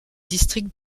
district